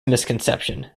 misconception